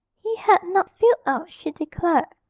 he had not filled out, she declared,